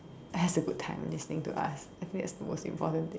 has a good time listening to us I think that's the most important thing